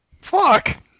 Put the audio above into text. Fuck